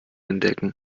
entdecken